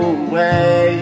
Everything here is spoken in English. away